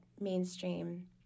mainstream